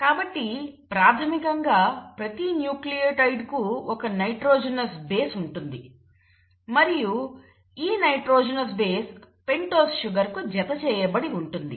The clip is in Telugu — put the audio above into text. కాబట్టి ప్రాథమికంగా ప్రతి న్యూక్లియోటైడ్ కు ఒక నైట్రోజెనోస్ బేస్ ఉంటుంది మరియు ఈ నైట్రోజెనోస్ బేస్ పెంటోస్ షుగర్కు జతచేయబడి ఉంటుంది